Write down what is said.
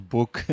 Book